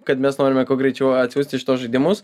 kad mes norime kuo greičiau atsiųsti šituos žaidimus